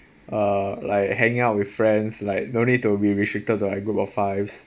uh like hanging out with friends like no need to be restricted to like group of five